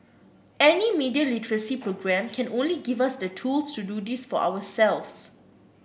any media literacy programme can only give us the tools to do this for ourselves